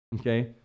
okay